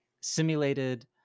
simulated